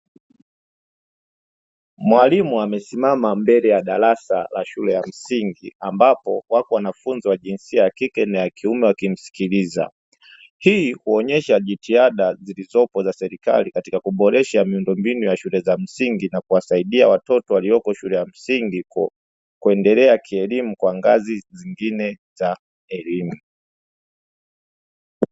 Mwalimu amesimama mbele ya darasa la shule ya msingi, ambapo wako wanafunzi wa jinsia ya kike na ya kiume wakimsikiliza. Hii huonyesha jitihada zilizopo za serikali katika kuboresha miundombinu ya shule za msingi na kuwasaidia watoto walioko shule ya msingi, kuendelea kielimu kwa ngazi zingine za elimu.